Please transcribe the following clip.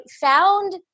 found